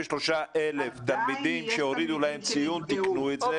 23,000 תלמידים שהורידו להם ציון תיקנו את זה,